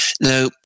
Now